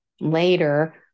Later